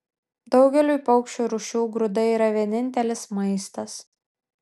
daugeliui paukščių rūšių grūdai yra vienintelis maistas